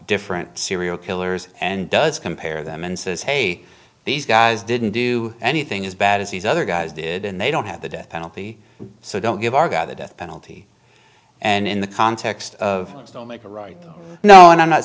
different serial killers and does compare them and says hey these guys didn't do anything as bad as these other guys did and they don't have the death penalty so don't give our guy the death penalty and in the context of don't make a right now and i'm not